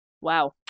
Wow